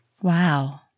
Wow